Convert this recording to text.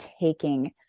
taking